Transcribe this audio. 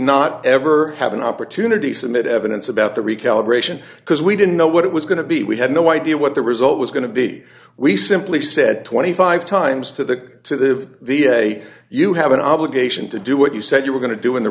not ever have an opportunity submit evidence about the recalibration because we didn't know what it was going to be we had no idea what the result was going to be we simply said twenty five dollars times to the day you have an obligation to do what you said you were going to do in the